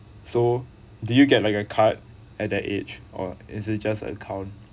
so did you get like a card at that age or is it just account